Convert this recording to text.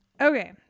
okay